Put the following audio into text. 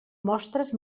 mostres